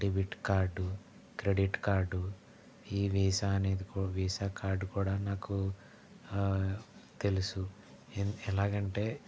debit card credit card ఈ visa అనేది visa card కూడా నాకు తెలుసు ఎ ఎలాగంటే